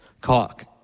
Cock